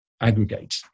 aggregate